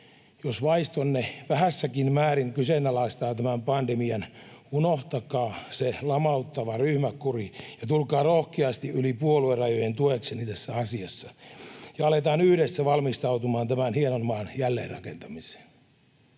jos vaistonne vähässäkin määrin kyseenalaistaa tämän pandemian, unohtakaa se lamauttava ryhmäkuri, tulkaa rohkeasti yli puoluerajojen tuekseni tässä asiassa ja aletaan yhdessä valmistautumaan tämän hienon maan jälleenrakentamiseen.